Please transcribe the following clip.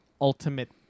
ultimate